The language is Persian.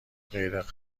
غیرقابل